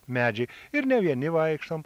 medžiai ir ne vieni vaikštom